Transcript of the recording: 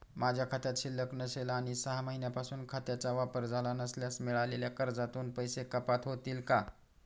माझ्या खात्यात शिल्लक नसेल आणि सहा महिन्यांपासून खात्याचा वापर झाला नसल्यास मिळालेल्या कर्जातून पैसे कपात होतील का?